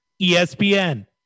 ESPN